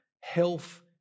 health